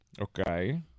okay